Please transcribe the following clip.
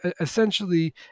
essentially